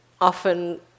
often